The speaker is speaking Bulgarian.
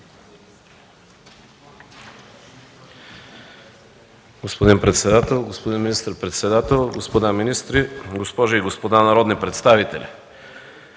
Господин председател, господин министър-председател, господа министри, госпожи и господа народни представители!